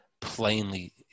plainly